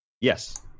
Yes